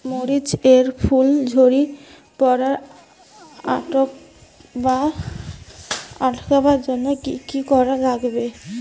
মরিচ এর ফুল ঝড়ি পড়া আটকাবার জইন্যে কি কি করা লাগবে?